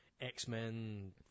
X-Men